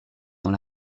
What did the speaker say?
dans